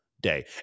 day